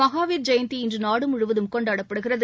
மஹாவீர் ஜெயந்தி இன்று நாடு முழுவதும் கொண்டாடப்படுகிறது